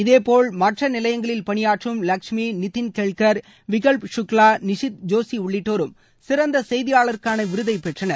இதேபோல் மற்ற நிலையங்களில் பனியாற்றும் லஷ்மி நிதின்கேல்கர் விகல்ப் சுக்லா நிஷித் ஜோசி உள்ளிட்டோரும் சிறந்த செய்தியாளர்களுக்கான விருதை பெற்றனர்